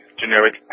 generic